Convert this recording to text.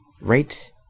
right